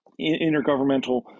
intergovernmental